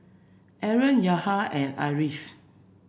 Aaron Yahya and Ariff